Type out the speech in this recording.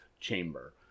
chamber